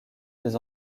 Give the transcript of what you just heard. des